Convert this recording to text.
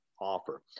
offer